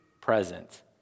present